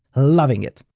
loving it.